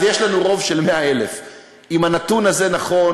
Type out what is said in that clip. אז יש לנו רוב של 100,000. אם הנתון הזה נכון,